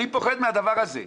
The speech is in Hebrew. אני פוחד מהדבר הזה.